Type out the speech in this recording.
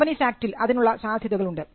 companies ആക്ടിൽ അതിനുള്ള സാധ്യതകളുണ്ട്